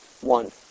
One